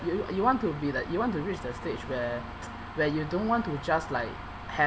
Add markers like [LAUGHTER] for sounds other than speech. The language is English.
you you want to be you want to reach the stage where [NOISE] where you don't want to just like have